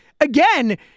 again